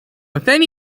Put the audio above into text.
within